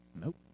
Nope